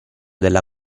della